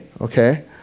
okay